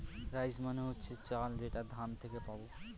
rice মানে হচ্ছে চাল যেটা ধান থেকে পাবো